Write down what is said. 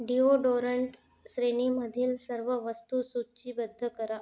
deodorant श्रेणीमधील सर्व वस्तू सूचीबद्ध करा